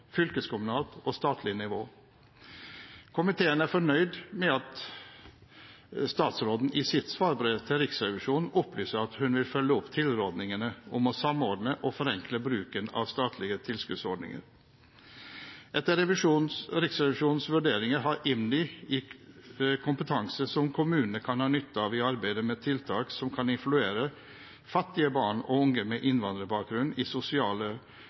fylkeskommunalt og statlig nivå. Komiteen er fornøyd med at statsråden i sitt svarbrev til Riksrevisjonen opplyser at hun vil følge opp tilrådingene om å samordne og forenkle bruken av statlige tilskuddsordninger. Etter Riksrevisjonens vurdering har IMDi kompetanse som kommunene kan ha nytte av i arbeidet med tiltak som kan inkludere fattige barn og unge med innvandrerbakgrunn i sosiale